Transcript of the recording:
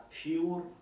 pure